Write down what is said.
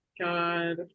God